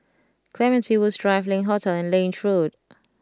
Clementi Woods Drive Link Hotel and Lange Road